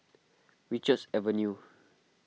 Richards Avenue